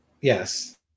yes